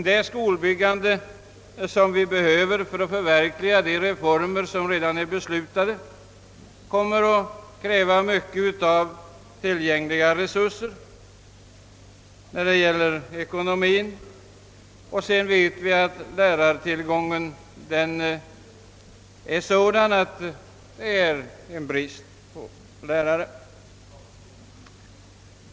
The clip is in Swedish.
Det skolbyggande som erfordras för förverkligandet av de reformer som redan är beslutade kommer att kräva mycket i tillgängliga resurser beträffande ekonomien, och vidare vet vi att det råder brist på lärare.